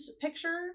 picture